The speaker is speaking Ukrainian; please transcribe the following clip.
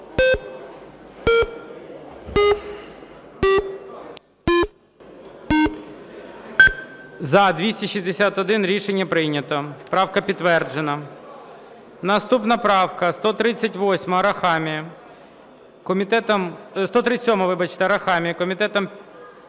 За-261 Рішення прийнято. Правка підтверджена. Наступна правка 138 Арахамії. Комітетом…